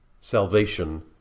salvation